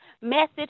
message